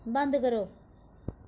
बंद करो